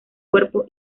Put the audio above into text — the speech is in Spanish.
cuerpo